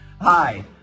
Hi